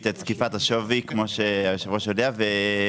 את זקיפת השווי כמו שהיושב ראש יודע.